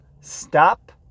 stop